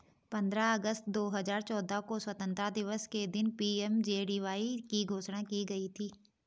पंद्रह अगस्त दो हजार चौदह को स्वतंत्रता दिवस के दिन पी.एम.जे.डी.वाई की घोषणा की गई थी